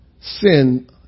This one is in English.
sin